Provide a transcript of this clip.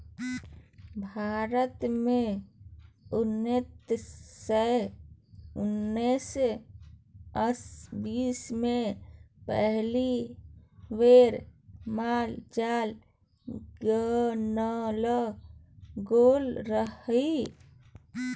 भारत मे उन्नैस सय उन्नैस आ बीस मे पहिल बेर माल जाल गानल गेल रहय